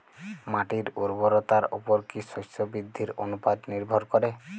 মাটির উর্বরতার উপর কী শস্য বৃদ্ধির অনুপাত নির্ভর করে?